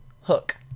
hook